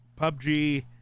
PUBG